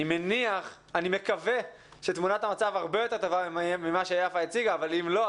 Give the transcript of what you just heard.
אני מקווה שתמונת המצב הרבה יותר טובה ממה שיפה מציגה אבל אם לא,